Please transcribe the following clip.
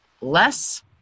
less